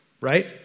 right